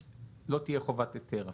לא תהיה חובת היתר הפעלה.